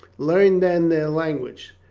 learn then their language,